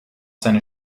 seine